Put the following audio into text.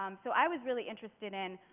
um so i was really interested in,